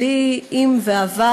בלי "אם" ו"אבל"